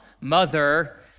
mother